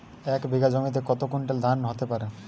এক বিঘা জমিতে কত কুইন্টাল ধান হতে পারে?